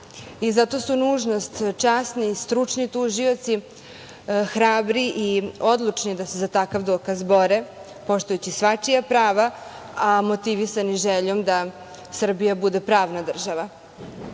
Zato su nužnost časni i stručni tužioci, hrabri i odlučni da se za takav dokaz bore, poštujući svačija prava, a motivisani željom da Srbija bude pravna država. Srbija